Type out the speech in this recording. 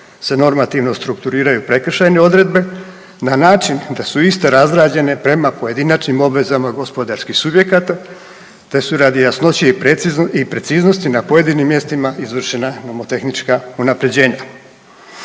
se normativno strukturiraju prekršajne odredbe, na način da su iste razrađene prema pojedinačnim obvezama gospodarski subjekata te su radi jasnoće i preciznosti na pojedinim mjestima izvršena nomotehnička unapređenja.